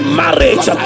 marriage